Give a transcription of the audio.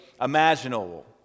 imaginable